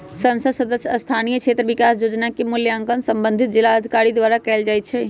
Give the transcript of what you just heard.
संसद सदस्य स्थानीय क्षेत्र विकास जोजना के मूल्यांकन संबंधित जिलाधिकारी द्वारा कएल जाइ छइ